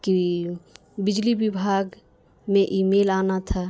کہ بجلی وبھاگ میں ای میل آنا تھا